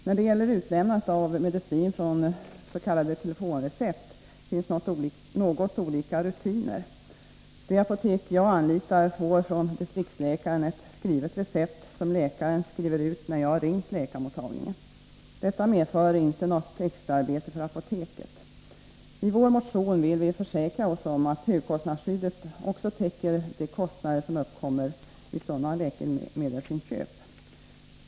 När det gäller utlämnande av medicin från s.k. telefonrecept finns något olika rutiner. Det apotek jag anlitar får ett skrivet recept från distriktsläkaren, vilket läkaren skriver ut när jag ringt läkarmottagningen. Detta medför inte något extra arbete för apoteket. I vår motion vill vi försäkra oss om att högkostnadsskyddet också täcker de kostnader som uppkommer vid sådana läkemedelsinköp.